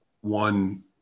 one